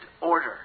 order